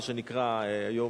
מה שנקרא היום.